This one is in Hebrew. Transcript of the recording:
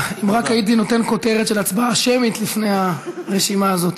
אם רק הייתי נותן כותרת של הצבעה שמית לפני הרשימה הזאת.